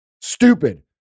stupid